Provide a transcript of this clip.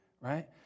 right